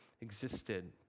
existed